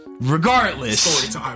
Regardless